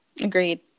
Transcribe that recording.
agreed